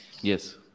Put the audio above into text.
Yes